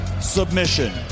submission